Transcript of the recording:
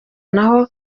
naho